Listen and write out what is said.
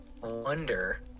wonder